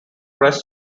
press